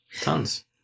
Tons